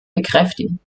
bekräftigen